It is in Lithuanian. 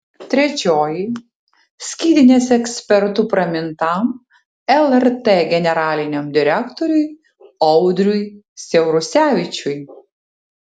trečioji skydinės ekspertu pramintam lrt generaliniam direktoriui audriui siaurusevičiui